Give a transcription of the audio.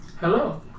Hello